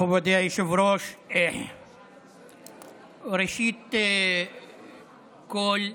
מכובדי היושב-ראש, ראשית כול,